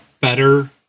better